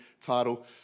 title